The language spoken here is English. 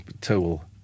tool